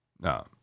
No